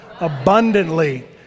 abundantly